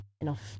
enough